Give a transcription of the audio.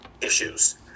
issues